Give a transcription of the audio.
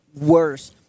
worse